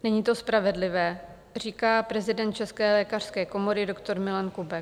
Není to spravedlivé, říká prezident České lékařské komory doktor Milan Kubek.